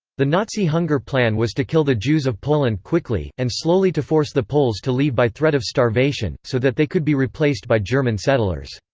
the nazi hunger plan was to kill the jews of poland quickly, and slowly to force the poles to leave by threat of starvation, so that they could be replaced by german settlers.